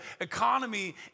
economy